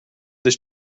this